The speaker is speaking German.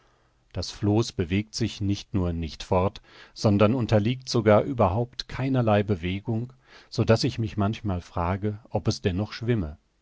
das floß bewegt sich nicht nur nicht fort sondern unterliegt sogar überhaupt keinerlei bewegung so daß ich mich manchmal frage ob es denn noch schwimme